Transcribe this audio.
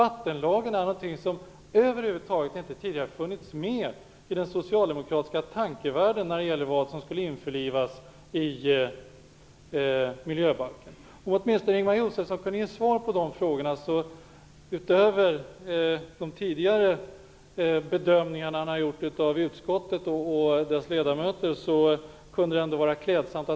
Vattenlagen är någonting som över huvud taget inte funnits med i den socialdemokratiska tankevärlden när det gäller vad som skulle införlivas i miljöbalken. Om Ingemar Josefsson åtminstone kunde ge svar på dessa frågor, utöver de tidigare bedömningarna av utskottet och dess ledamöter, skulle det vara klädsamt.